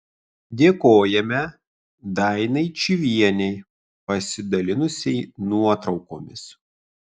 dėkojame dainai čyvienei pasidalinusiai nuotraukomis